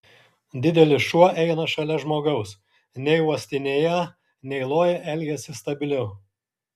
didelis šuo eina šalia žmogaus nei uostinėją nei loja elgiasi stabiliau